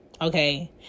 okay